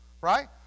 right